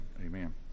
Amen